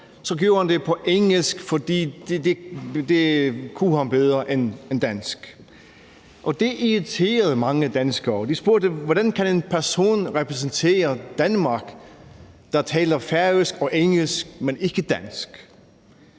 gjorde han det på engelsk, for det kunne han bedre end dansk. Det irriterede mange danskere, og vi spurgte, hvordan en person kan repræsentere Danmark, en person, som taler færøsk og engelsk, men ikke dansk.